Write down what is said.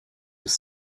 was